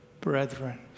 brethren